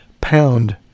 pound